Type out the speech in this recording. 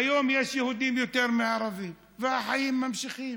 ביום יש יהודים יותר מערבים, והחיים נמשכים,